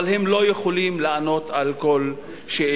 הם לא יכולים לענות על כל שאלה.